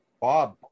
Bob